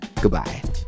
Goodbye